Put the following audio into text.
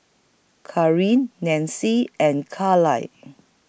Nancie and Kaila